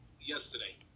Yesterday